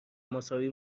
مساوی